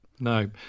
No